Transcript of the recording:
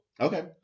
Okay